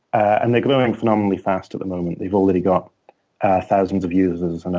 and they're growing phenomenally fast at the moment. they've already got thousands of users, and